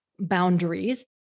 boundaries